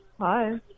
Hi